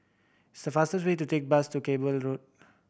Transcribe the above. it's faster to take bus to Cable Road